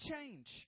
change